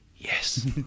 Yes